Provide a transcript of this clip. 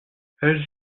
elles